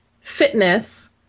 fitness